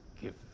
give